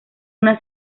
una